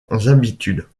habitudes